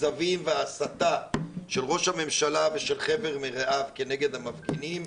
הכזבים וההסתה של ראש הממשלה ושל חבר מרעיו כנגד המפגינים,